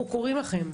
אנחנו קוראים לכם,